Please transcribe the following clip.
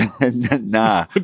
Nah